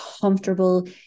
comfortable